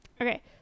Okay